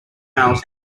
males